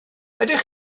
ydych